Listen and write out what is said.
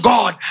God